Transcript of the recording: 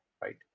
right